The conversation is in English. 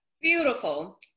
Beautiful